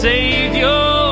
Savior